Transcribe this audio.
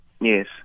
Yes